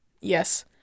Yes